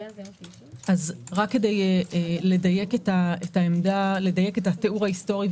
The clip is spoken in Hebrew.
כדי לדייק את התיאור ההיסטורי,